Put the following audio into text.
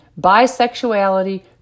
bisexuality